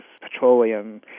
petroleum